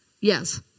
Yes